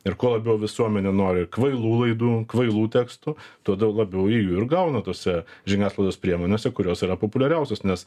ir kuo labiau visuomenė nori kvailų laidų kvailų tekstų todėl labiau ji jų ir gauna tose žiniasklaidos priemonėse kurios yra populiariausios nes